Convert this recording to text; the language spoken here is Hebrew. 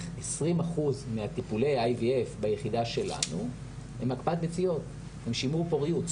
20% מטיפולי ה IVF ביחידה שלנו הם הקפאת ביציות ושימור פוריות.